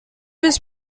his